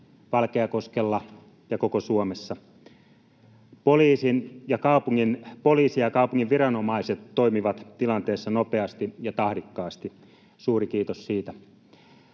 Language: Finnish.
Valkeakoskella ja koko Suomessa. Poliisi ja kaupungin viranomaiset toimivat tilanteessa nopeasti ja tahdikkaasti, suuri kiitos siitä.